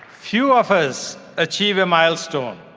few of us achieve a milestone.